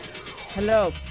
Hello